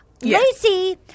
Lacey